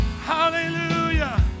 Hallelujah